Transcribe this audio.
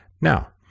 Now